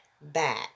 back